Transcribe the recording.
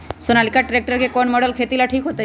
Sonalika tractor के कौन model खेती ला ठीक होतै?